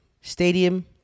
stadium